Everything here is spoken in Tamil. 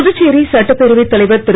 புதுச்சேரி சட்டப்பேரவைத் தலைவர் திரு